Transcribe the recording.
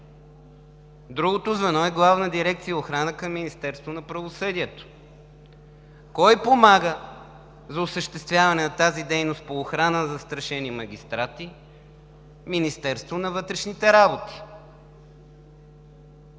Другото звено е Главна дирекция „Охрана“ към Министерството на правосъдието. Кой помага за осъществяването на тази дейност по охрана на застрашените магистрати? Министерството на вътрешните работи.